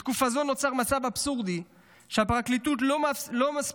בתקופה זו נוצר מצב אבסורדי שהפרקליטות לא מספיקה